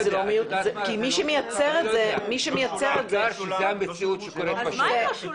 זאת המציאות שקורית בשטח.